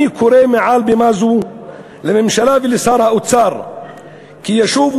אני קורא מעל במה זו לממשלה ולשר האוצר כי ישובו